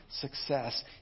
success